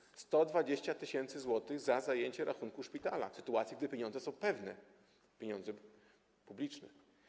Chodzi o 120 tys. zł za zajęcie rachunku szpitala, w sytuacji gdy pieniądze są pewne, pieniądze publiczne.